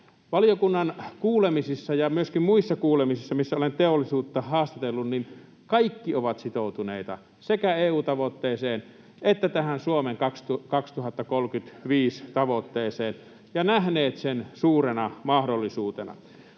Valiokunnan kuulemisissa, ja myöskin muissa kuulemisissa, missä olen teollisuutta haastatellut, kaikki ovat sitoutuneita sekä EU-tavoitteeseen että tähän Suomen 2035‑tavoitteeseen ja nähneet sen suurena mahdollisuutena.